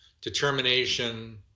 determination